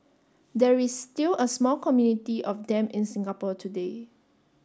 there is still a small community of them in Singapore today